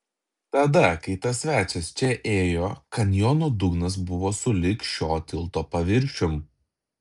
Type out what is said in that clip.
tada kai tas svečias čia ėjo kanjono dugnas buvo sulig šio tilto paviršium